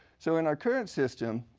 so in our current system,